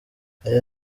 aya